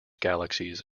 galaxies